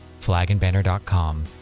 flagandbanner.com